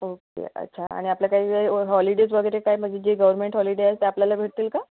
okay अच्छा आणि आपल्या काही हॉलिडेज् वगैरे काय म्हणजे जे गव्हर्नमेंट हॉलिडे आहेत ते आपल्याला भेटतील का